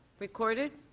recorded